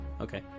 Okay